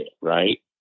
right